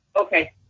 Okay